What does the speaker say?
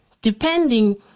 depending